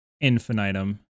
infinitum